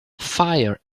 fire